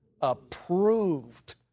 Approved